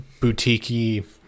boutique-y